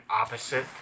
opposite